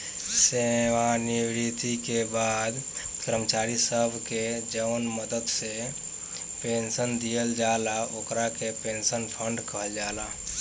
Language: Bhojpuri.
सेवानिवृत्ति के बाद कर्मचारी सब के जवन मदद से पेंशन दिहल जाला ओकरा के पेंशन फंड कहल जाला